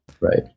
Right